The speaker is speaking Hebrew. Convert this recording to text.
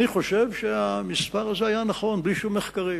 אני חושב שהמספר הזה היה נכון בלי שום מחקרים,